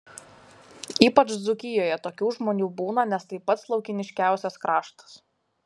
ypač dzūkijoje tokių žmonių būna nes tai pats laukiniškiausias kraštas